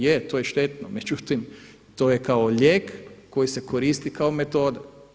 Je, to je štetno međutim to je kao lijek koji se koristi kao metoda.